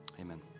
Amen